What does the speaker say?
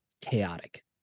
chaotic